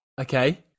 okay